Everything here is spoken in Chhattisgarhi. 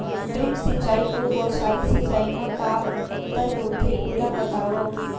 ड्रिप सिंचाई अऊ बौछारी सिंचाई मा का अंतर होथे, ओला बतावव?